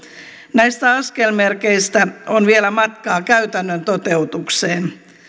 näistä askelmerkeistä on vielä matkaa käytännön toteutukseen